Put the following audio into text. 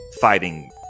fighting